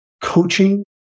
coaching